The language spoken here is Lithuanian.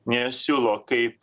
nesiūlo kaip